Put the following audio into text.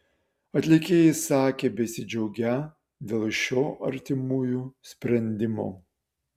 atlikėjai sakė besidžiaugią dėl šio artimųjų sprendimo